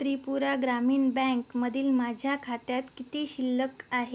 त्रिपुरा ग्रामीण बँकमधील माझ्या खात्यात किती शिल्लक आहे